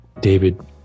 David